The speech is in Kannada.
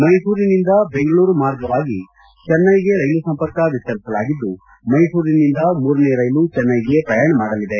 ಮೈಸೂರಿನಿಂದ ಬೆಂಗಳೂರು ಮಾರ್ಗವಾಗಿ ಚೆನೈಗೆ ರೈಲು ಸಂಪರ್ಕ ವಿಸ್ತರಿಸಲಾಗಿದ್ದು ಮೈಸೂರಿನಿಂದ ಮೂರನೇ ರೈಲು ಚೆನೈಗೆ ಪ್ರಯಾಣ ಮಾಡಲಿದೆ